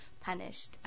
punished